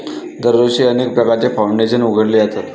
दरवर्षी अनेक प्रकारचे फाउंडेशन उघडले जातात